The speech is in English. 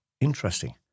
Interesting